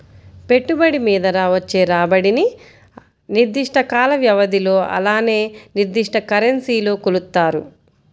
పెట్టుబడి మీద వచ్చే రాబడిని నిర్దిష్ట కాల వ్యవధిలో అలానే నిర్దిష్ట కరెన్సీలో కొలుత్తారు